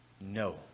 no